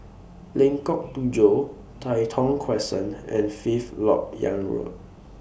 Lengkok Tujoh Tai Thong Crescent and Fifth Lok Yang Road